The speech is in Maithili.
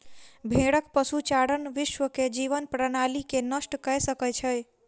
भेड़क पशुचारण विश्व के जीवन प्रणाली के नष्ट कय सकै छै